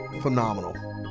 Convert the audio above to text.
phenomenal